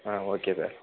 ah okay sir